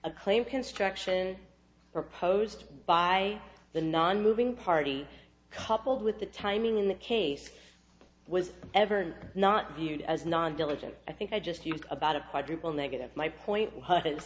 a claim construction proposed by the nonmoving party coupled with the timing in the case was ever not used as non diligence i think i just used about a quadruple negative my point is